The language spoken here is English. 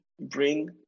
bring